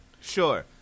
Sure